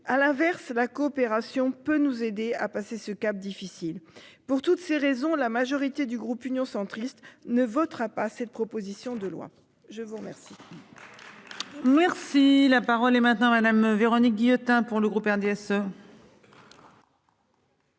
À l'inverse, la coopération peut nous aider à passer ce cap difficile. Pour toutes ces raisons, la majorité du groupe Union centriste ne votera pas cette proposition de loi. Je vous remercie.--